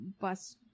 bus